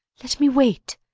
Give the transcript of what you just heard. let me wait!